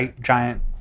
giant